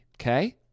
okay